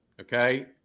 Okay